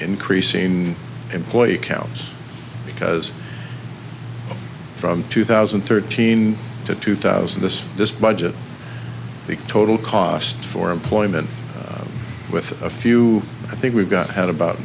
increasing employee counts because from two thousand and thirteen to two thousand this this budget the total cost for employment with a few i think we've got at about